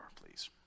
please